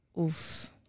Oof